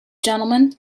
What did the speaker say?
gentlemen